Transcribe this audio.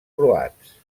croats